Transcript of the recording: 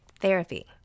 Therapy